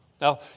now